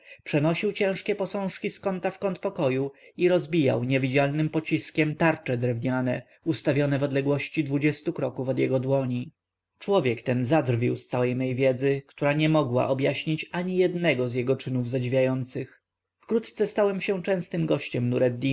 przenosił ciężkie posążki z kąta w kąt pokoju i rozbijał niewidzialnym pociskiem tarcze drewniane ustawione w odległości kroków od jego dłoni człowiek ten zadrwił z całej mej wiedzy która nie mogła objaśnić ani jednego z jego czynów zadziwiających wkrótce stałem się częstym gościem